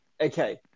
Okay